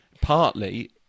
partly